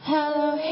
Hello